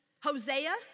Hosea